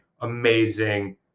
amazing